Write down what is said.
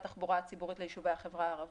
תחבורה ציבורית ליישובי החברה הערבית.